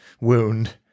wound